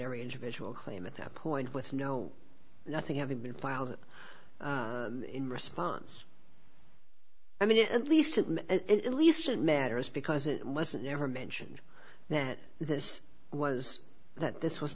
every individual claim at that point with no nothing having been filed it in response i mean at least at least it matters because it was never mentioned that this was that this was